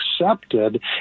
accepted